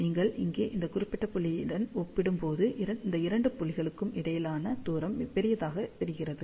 நீங்கள் இங்கே இந்த குறிப்பிட்ட புள்ளியுடன் ஒப்பிடும் போது இந்த இரண்டு புள்ளிகளுக்கும் இடையிலான தூரம் பெரியதாக தெரிகிறது